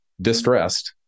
distressed